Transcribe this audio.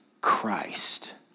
Christ